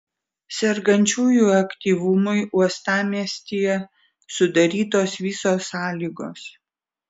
sergančiųjų aktyvumui uostamiestyje sudarytos visos sąlygos